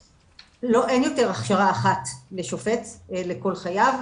אין יותר הכשרה אחת לשופט לכל חייו,